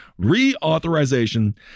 Reauthorization